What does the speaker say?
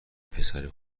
پسر